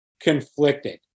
conflicted